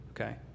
okay